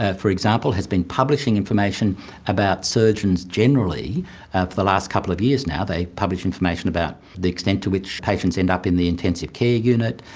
ah for example, has been publishing information about surgeons generally for the last couple of years now. they publish information about the extent to which patients end up in the intensive care unit.